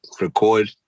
record